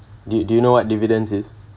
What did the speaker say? do do you know what dividends is